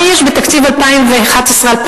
מה יש בתקציב 2011 2012?